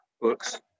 books